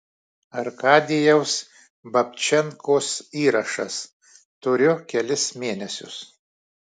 arkadijaus babčenkos įrašas turiu kelis mėnesius